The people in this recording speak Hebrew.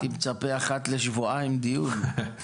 הייתי מצפה אחת לשבועיים דיון.